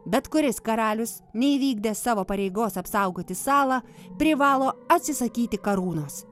bet kuris karalius neįvykdęs savo pareigos apsaugoti salą privalo atsisakyti karūnos